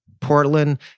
Portland